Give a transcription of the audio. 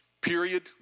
Period